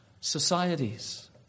societies